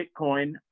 Bitcoin